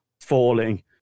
falling